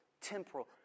temporal